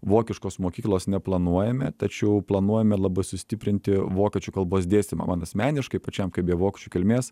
vokiškos mokyklos neplanuojame tačiau planuojame labai sustiprinti vokiečių kalbos dėstymą man asmeniškai pačiam beje kaip vokiečių kilmės